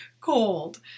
cold